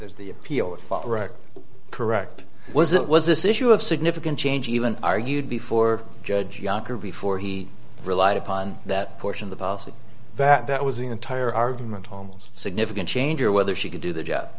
there's the appeal of far right correct was it was this issue of significant change even argued before judge younker before he relied upon that portion of the policy that was the entire argument almost significant change or whether she could do the job